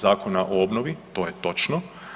Zakona o obnovi, to je točno.